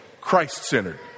Christ-centered